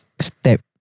step